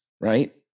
right